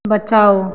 बचाओ